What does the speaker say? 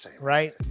right